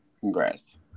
Congrats